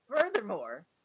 Furthermore